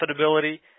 profitability